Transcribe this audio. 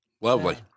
lovely